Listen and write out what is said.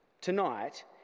Tonight